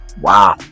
wow